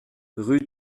rue